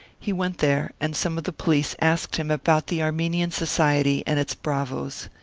he went there, and some of the police asked him about the armenian society and its bravoes.